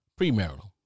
premarital